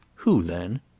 who then?